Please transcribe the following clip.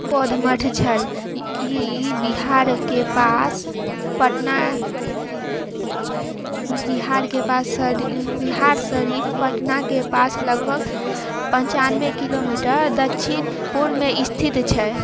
बौध मठ छल ई ई बिहारके पास पटना बिहारके पास शरी बिहार शरीफ पटनाके पास लगभग पञ्चान्वे किलोमीटर दक्षिण पूर्वमे स्थित छै